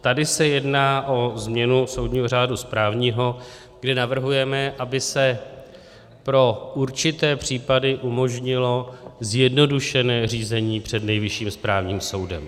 Tady se jedná o změnu soudního řádu správního, kde navrhujeme, aby se pro určité případy umožnilo zjednodušené řízení před Nejvyšším správním soudem.